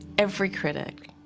every critic,